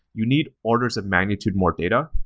you need orders of magnitude more data.